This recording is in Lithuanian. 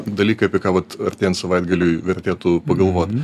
dalykai apie ką vat artėjant savaitgaliui vertėtų pagalvot